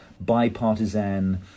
bipartisan